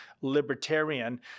libertarian